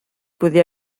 podia